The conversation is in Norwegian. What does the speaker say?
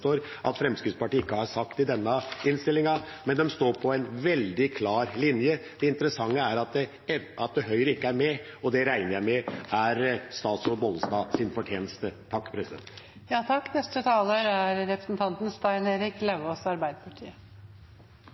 at Fremskrittspartiet ikke har sagt i denne innstillinga, men de står for en veldig klar linje. Det interessante er at Høyre ikke er med, og det regner jeg med er statsråd Bollestads fortjeneste. Jeg må bare få bemerke at jeg hører representanten